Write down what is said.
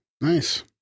Nice